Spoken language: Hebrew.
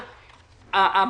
מחץ.